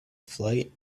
flight